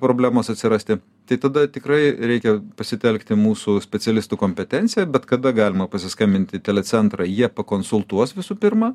problemos atsirasti tai tada tikrai reikia pasitelkti mūsų specialistų kompetenciją bet kada galima pasiskambinti telecentrą jie pakonsultuos visų pirma